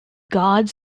gods